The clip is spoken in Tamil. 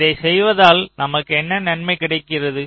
இதைச் செய்வதால் நமக்கு என்ன நன்மை இருக்கிறது